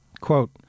quote